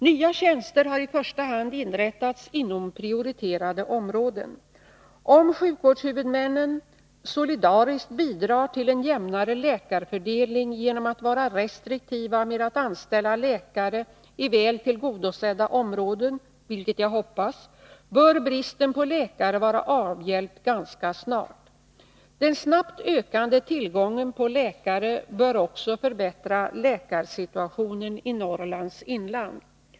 Nya tjänster har i första hand inrättats inom prioriterade områden. Om sjukvårdshuvudmännen solidariskt bidrar till en jämnare läkarfördelning genom att vara restriktiva med att anställa läkare i väl tillgodosedda områden, vilket jag hoppas, bör bristen på läkare vara avhjälpt ganska snart. Den snabbt ökande tillgången på läkare bör också förbättra läkarsituationen i Norrlands inland.